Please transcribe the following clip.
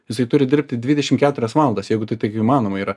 jisai turi dirbti dvidešim keturias valandas jeigu tai tik įmanoma yra